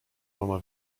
mama